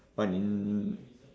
but in